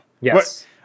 yes